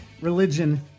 religion